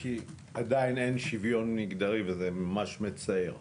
כי עדיין אין שוויון מגדרי, וזה ממש מצער.